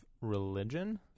religion